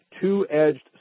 two-edged